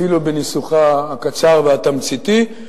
אפילו בניסוחה הקצר והתמציתי,